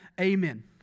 Amen